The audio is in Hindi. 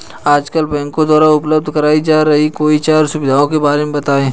आजकल बैंकों द्वारा उपलब्ध कराई जा रही कोई चार सुविधाओं के बारे में बताइए?